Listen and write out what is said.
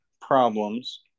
problems